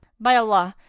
by allah,